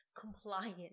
compliance